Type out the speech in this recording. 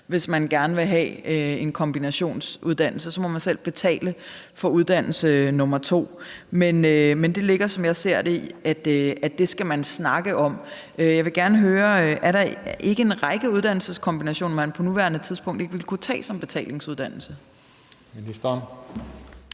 hvis man gerne vil have en kombinationsuddannelse – så må man selv betale for uddannelse nummer to. Men det ligger, som jeg ser det, i, at det skal man snakke om. Jeg vil gerne høre: Er der ikke en række uddannelseskombinationer, man på nuværende tidspunkt ikke vil kunne tage som betalingsuddannelse? Kl.